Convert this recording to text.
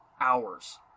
hours